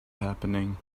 happening